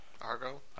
Argo